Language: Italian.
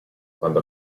quando